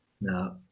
No